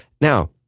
Now